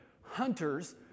hunters